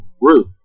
Ruth